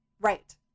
Right